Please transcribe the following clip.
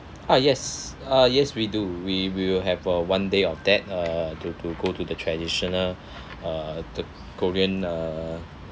ah yes uh yes we do we will have a one day of that uh to to go to the traditional uh the korean uh